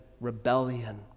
rebellion